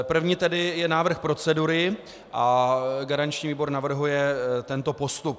První tedy je návrh procedury a garanční výbor navrhuje tento postup: